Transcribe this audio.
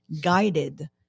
guided